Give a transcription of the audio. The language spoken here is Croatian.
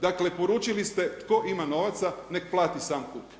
Dakle poručili ste tko ima novaca neka plati sam kuk.